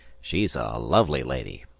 she's a lovely lady,